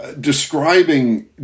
describing